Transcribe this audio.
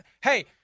hey